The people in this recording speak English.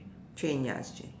chain ya is chain